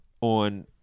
on